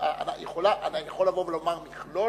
הוא יכול לבוא ולומר מכלול,